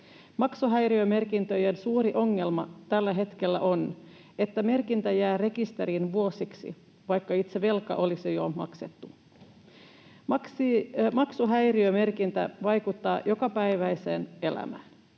Maksuhäiriömerkintöjen suuri ongelma tällä hetkellä on, että merkintä jää rekisteriin vuosiksi, vaikka itse velka olisi jo maksettu. Maksuhäiriömerkintä vaikuttaa jokapäiväiseen elämään.